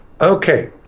Okay